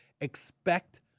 Expect